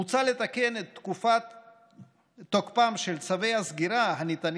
מוצע לתקן את תוקפם של צווי הסגירה הניתנים